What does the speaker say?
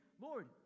Lord